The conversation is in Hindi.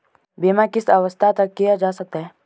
बीमा किस अवस्था तक किया जा सकता है?